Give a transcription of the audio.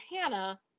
Hannah